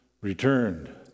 returned